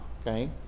okay